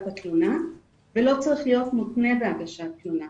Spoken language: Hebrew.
התלונה ולא צריך להיות מותנה בהגשת תלונה.